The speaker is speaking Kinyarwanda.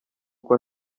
uko